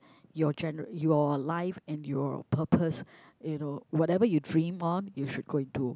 your gen your life and your purpose you know whatever you dream on you should go and do